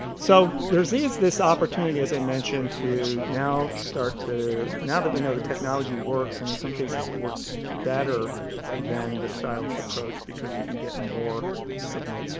so there is is this opportunity, as i mentioned, to now start to now that we know the technology works and in some cases it works better than the stylus approach because we can get more signal,